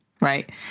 right